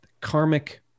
karmic